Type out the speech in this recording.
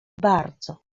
bardzo